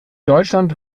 deutschland